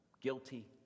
guilty